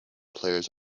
players